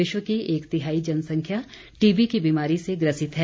विश्व की एक तिहाई जनसंख्या टीबी की बीमारी से ग्रसित है